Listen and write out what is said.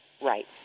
Right